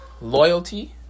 loyalty